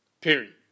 Period